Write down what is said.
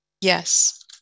Yes